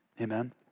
Amen